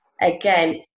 again